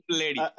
lady